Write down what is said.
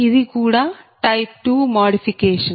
ఇది కూడా type 2 modification